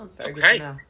Okay